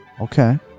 Okay